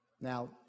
Now